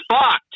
fucked